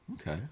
Okay